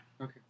Okay